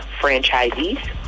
franchisees